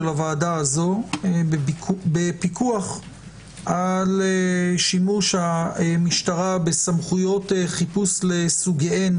הוועדה הזו בפיקוח על שימוש המשטרה בסמכויות חיפוש לסוגיהן